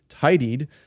tidied